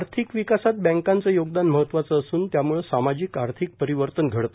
आर्थिक विकासात बँकांचं योगदान महत्वाचं असून त्याम्ळं सामाजिक आर्थिक परिवर्तन घडते